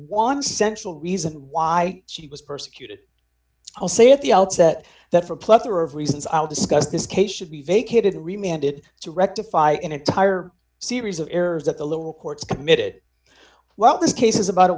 one central reason why she was persecuted i'll say at the outset that for a plethora of reasons i'll discuss this case should be vacated reminded to rectify an entire series of errors that the little courts committed while this case is about a